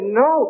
no